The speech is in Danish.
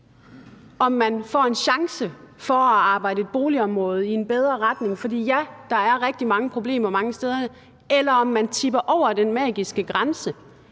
om man får en chance for at arbejde for at trække et boligområde i en bedre retning – for ja, der er rigtig mange problemer mange steder – eller om man tipper over den magiske grænse